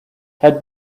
had